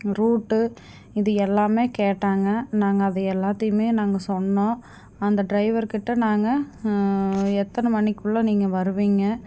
route இது எல்லாம் கேட்டாங்க நாங்கள் அதையெல்லாத்தையுமே நாங்கள் சொன்னோம் அந்த ட்ரைவர் கிட்ட நாங்கள் எத்தனை மணிக்குள்ள நீங்கள் வருவிங்க